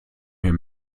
mir